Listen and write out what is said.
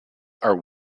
are